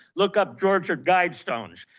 look up georgia guidestones.